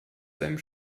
seinem